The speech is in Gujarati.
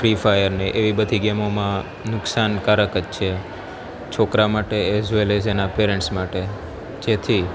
ફ્રી ફાયર ને એવી બધી ગેમોમાં નુકસાનકારક જ છે છોકરા માટે એઝવેલ એ જ એના પેરેન્ટસ માટે જેથી